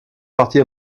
partie